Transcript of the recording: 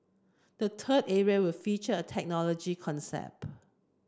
the third area will feature a technology concept